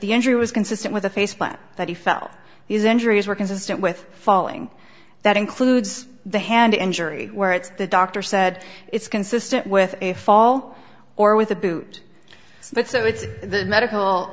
the injury was consistent with a face plant that he felt these injuries were consistent with falling that includes the hand injury where it's the doctor said it's consistent with a fall or with a boot but so it's the medical